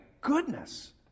goodness